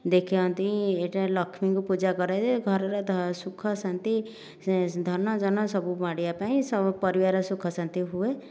ଦେଖନ୍ତି ଏଠାରେ ଲକ୍ଷ୍ମୀଙ୍କୁ ପୂଜା କରାଯାଏ ଘରର ସୁଖ ଶାନ୍ତି ଧନ ଜନ ସବୁ ମାଡ଼ିବା ପାଇଁ ସବୁ ପରିବାର ସୁଖ ଶାନ୍ତି ହୁଏ